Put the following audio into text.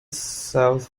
south